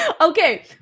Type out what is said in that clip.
Okay